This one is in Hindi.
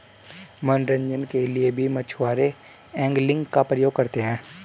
मनोरंजन के लिए भी मछुआरे एंगलिंग का प्रयोग करते हैं